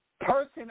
person